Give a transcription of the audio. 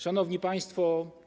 Szanowni Państwo!